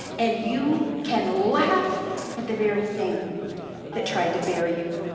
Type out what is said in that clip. and you can laugh at the very thing that tried to bury you.